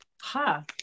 Ha